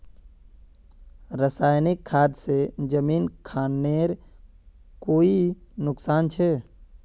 रासायनिक खाद से जमीन खानेर कोई नुकसान छे?